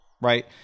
right